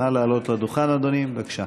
נא לעלות לדוכן, אדוני, בבקשה.